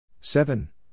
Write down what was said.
Seven